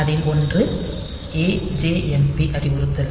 அதில் ஒன்று AJMP அறிவுறுத்தல்